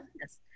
Yes